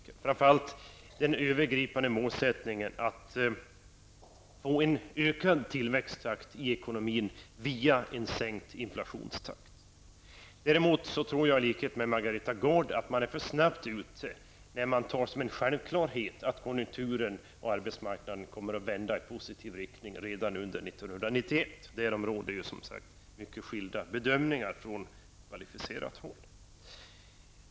Det gäller framför allt den övergripande målsättningen att få en ökad tillväxttakt i ekonomin via en sänkt inflationstakt. Däremot tror jag i likhet med Margareta Gard att man är för snabbt ute när man tar som en självklarhet att konjunkturen på arbetsmarknaden kommer att vända i positiv riktning redan under 1991. Därom råder som sagt mycket skilda bedömningar från kvalificerat håll.